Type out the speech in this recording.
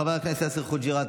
חבר הכנסת יאסר חוג'יראת,